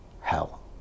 hell